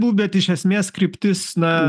nu bet iš esmės kryptis na